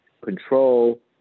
Control